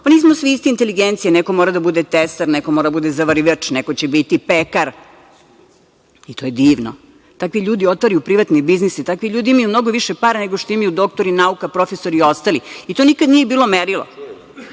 Pa, nismo svi iste inteligencije. Neko mora da bude tesar, neko mora da bude zavarivač, neko će biti pekar. I to je divno. Takvi ljudi otvaraju privatni biznis i takvi ljudi imaju mnogo više para nego što imaju doktori nauka, profesori i ostali. I to nikad nije bilo merilo.